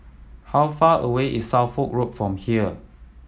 how far away is Suffolk Road from here